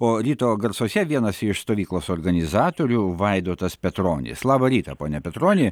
o ryto garsuose vienas iš stovyklos organizatorių vaidotas petronis labą rytą ponia petroni